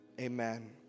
amen